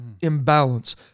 imbalance